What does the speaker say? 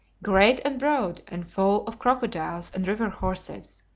great and broad and full of crocodiles and river-horses,